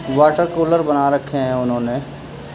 water cooler بنا رکھے ہیں انہوں نے